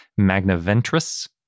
magnaventris